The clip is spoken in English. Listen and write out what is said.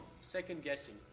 second-guessing